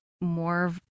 more